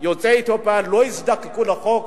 יוצאי אתיופיה לא יזדקקו לחוק